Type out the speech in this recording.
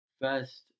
first